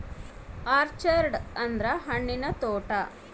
orchard ಅಂದ್ರ ಹಣ್ಣಿನ ತೋಟ